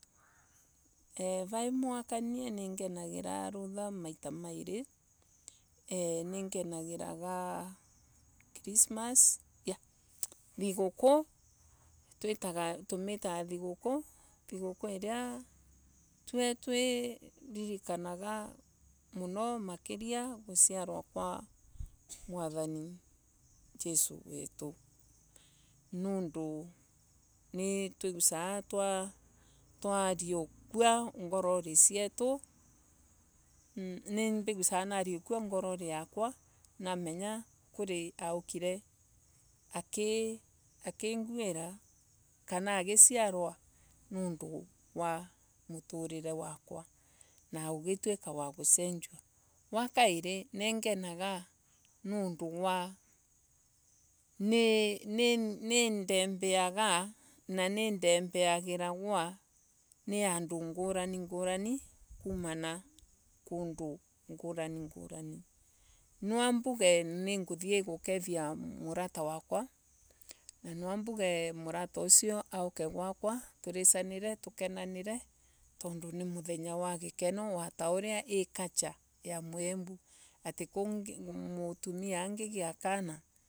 Eee Vai mwaka ningenaga rutha maita mairi. ningenagira krismas Iya Thiguku. Tumitaga thiguku iria tue turirikanaga muno makiria. guciarwa kwa mwathani jesu wetu nundu nituigusaga twariukua ngorori sietu. Nimbiguraga narikua ngorori yakwa namenya kuri aukire akinguira kana agiaciarwa niundu wa muturire wakwa. na ugituika wa gusenjua. Wa kairi ningenaga niundu wa nindembeaga na nindembeagagiragwa ni andu ngurani gukethia murata wakwa na nwambuge murata wakwa nwambuge usio murata auke tuseranire tukenanire tondu ni muthenya wa gikeno ta uria i culture ya kiembu mutuma angigia kana